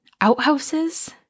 Outhouses